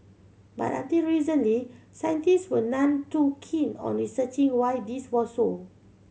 but until recently scientist were none too keen on researching why this was so